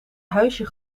huisje